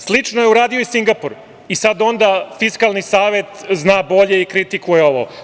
Slično je uradio i Singapur i sada onda Fiskalni savet zna bolje i kritikuje ovo.